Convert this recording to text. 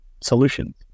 solutions